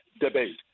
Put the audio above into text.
debate